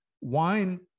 wine